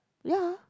ya